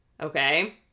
Okay